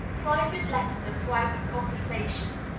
private letters and private conversations,